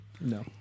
no